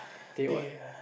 teh what